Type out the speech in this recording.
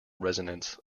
resonance